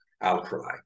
outcry